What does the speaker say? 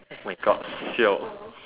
oh my God siao